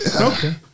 Okay